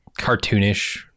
cartoonish